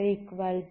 ஆகவே dEdt≤0